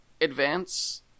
advance